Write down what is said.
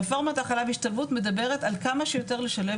רפורמת ההכלה והשתלבות מדברת על כמה שיותר לשלב